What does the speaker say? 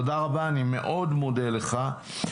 תודה רבה, אני מאוד מודה לך.